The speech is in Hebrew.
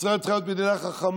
ישראל צריכה להיות מדינה חכמה,